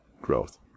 growth